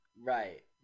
Right